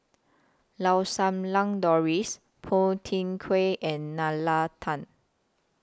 Lau Sum Lang Doris Phua Thin Kiay and Nalla Tan